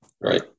Right